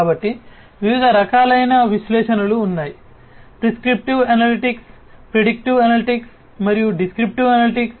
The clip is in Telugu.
కాబట్టి వివిధ రకాలైన విశ్లేషణలు ఉన్నాయి ప్రిస్క్రిప్టివ్ అనలిటిక్స్ ప్రిడిక్టివ్ అనలిటిక్స్ మరియు డిస్క్రిప్టివ్ అనలిటిక్స్